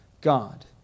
God